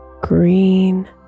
green